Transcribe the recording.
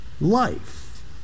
life